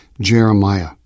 Jeremiah